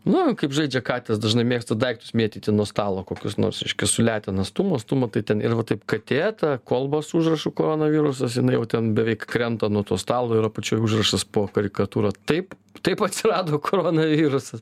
nu kaip žaidžia katės dažnai mėgsta daiktus mėtyti nuo stalo kokius nors reiškias su letena stuma stuma tai ten ir va taip katė ta kolba su užrašu koronavirusas jinai jau ten beveik krenta nuo to stalo ir apačioj užrašas po karikatūra taip taip atsirado korona virusas